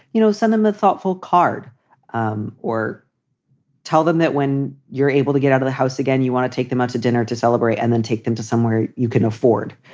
you know, send them a thoughtful card um or tell them that when you're able to get out of the house again, you want to take them out to dinner to celebrate and then take them to somewhere you can afford,